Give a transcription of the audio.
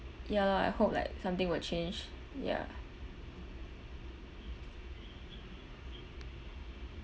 ya lah I hope like something will change ya